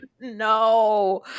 no